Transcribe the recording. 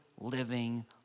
living